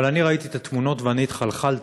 אבל אני ראיתי את התמונות ואני התחלחלתי.